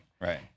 Right